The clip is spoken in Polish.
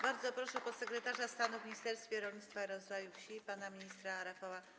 Bardzo proszę podsekretarza stanu w Ministerstwie Rolnictwa i Rozwoju Wsi pana ministra Rafała